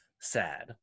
sad